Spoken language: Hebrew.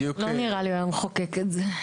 כן, לא נראה לי שהוא היה מחוקק את זה.